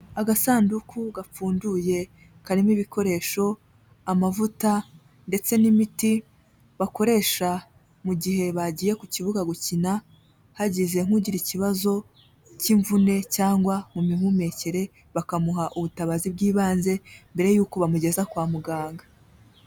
Agasanduku gapfunduye karimo ibikoresho amavuta ndetse n'imiti bakoresha mu gihe bagiye ku kibuga gukina hagize nk'ugira ikibazo k'imvune cyangwa mu mihumekere bakamuha ubutabazi bw'ibanze mbere y'uko bamugeza kwa muganga.